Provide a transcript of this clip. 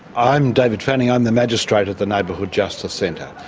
i'm david fanning, i'm the magistrate at the neighbourhood justice centre.